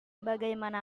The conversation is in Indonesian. bagaimana